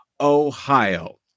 Ohio